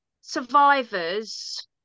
survivors